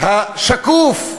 השקוף,